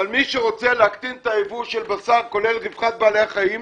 מי שרוצה להקטין את יבוא הבשר כולל רווחת בעלי החיים,